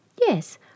Yes